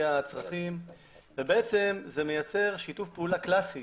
הצרכים ובעצם זה מייצר שיתוף פעולה קלאסי